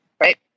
right